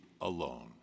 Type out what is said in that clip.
alone